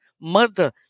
Mother